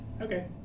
Okay